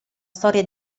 storia